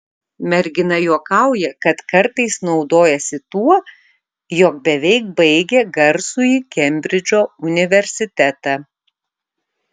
mergina juokauja kad kartais naudojasi tuo jog beveik baigė garsųjį kembridžo universitetą